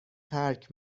ترک